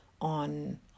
on